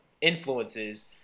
influences